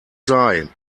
sei